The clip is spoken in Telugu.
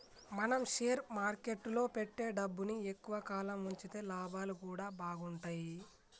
మనం షేర్ మార్కెట్టులో పెట్టే డబ్బుని ఎక్కువ కాలం వుంచితే లాభాలు గూడా బాగుంటయ్